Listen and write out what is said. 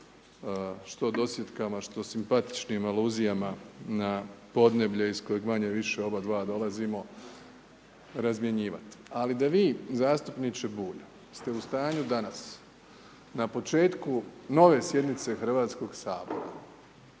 što dosjetkama, što simpatičnim aluzijama na podneblje iz kojeg manje-više obadva dolazimo razmjenjivati. Ali da vi zastupniče Bulj ste u stanju danas na početku nove sjednice Hrvatskoga sabora